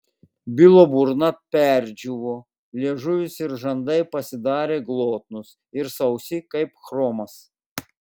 bilo burna perdžiūvo liežuvis ir žandai pasidarė glotnūs ir sausi kaip chromas